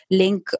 link